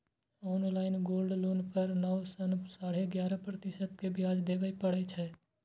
online gold loan पर नौ सं साढ़े ग्यारह प्रतिशत के ब्याज देबय पड़ै छै